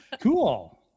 Cool